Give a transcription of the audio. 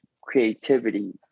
creativity